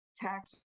tax